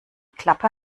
klappe